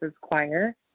Choir